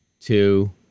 two